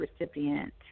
recipient